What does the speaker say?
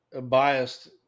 Biased